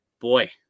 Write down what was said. boy